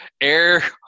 air